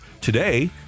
Today